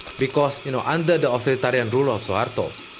because you know under the authoritarian ruler, soeharto,